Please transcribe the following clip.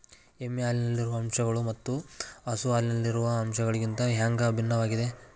ಎಮ್ಮೆ ಹಾಲಿನಲ್ಲಿರುವ ಅಂಶಗಳು ಮತ್ತ ಹಸು ಹಾಲಿನಲ್ಲಿರುವ ಅಂಶಗಳಿಗಿಂತ ಹ್ಯಾಂಗ ಭಿನ್ನವಾಗಿವೆ?